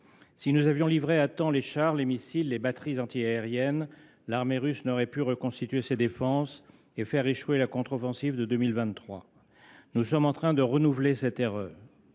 Si nous avions livré à temps les chars, les missiles, les batteries anti aériennes, l’armée russe n’aurait pu reconstituer ses défenses et faire échouer la contre offensive de 2023. Nous sommes en train de renouveler cette erreur.